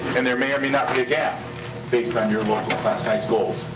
and there may or may not be a gap based on your local class size goals.